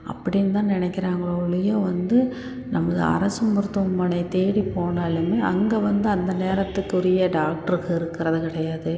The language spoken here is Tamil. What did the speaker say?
அப்படின்னு தான் நினைக்கிறாங்களோ ஒழிய வந்து நமது அரசு மருத்துவமனையைத் தேடிப் போனாலுமே அங்கே வந்து அந்த நேரத்துக்குரிய டாக்டருங்க இருக்கிறது கிடையாது